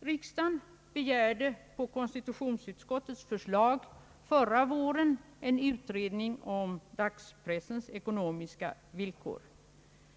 Riksdagen begärde, på konstitutionsutskottets förslag, förra våren en utredning om dagspressens ekonomiska villkor.